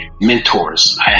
mentors